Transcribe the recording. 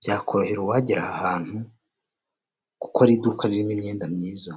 byakorohera uwagera aha hantu kuko ari iduka ririmo imyenda myiza.